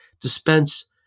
dispense